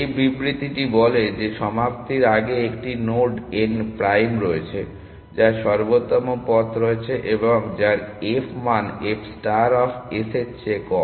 এই বিবৃতিটি বলে যে সমাপ্তির আগে একটি নোড n প্রাইম রয়েছে যার সর্বোত্তম পথ রয়েছে এবং যার f মান f ষ্টার অফ s এর চেয়ে কম